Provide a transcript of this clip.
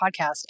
podcast